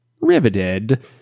riveted